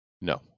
No